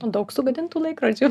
o daug sugadintų laikrodžių